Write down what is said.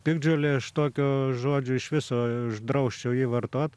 piktžolė aš tokio žodžio iš viso uždrausčiau jį vartot